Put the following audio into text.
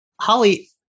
Holly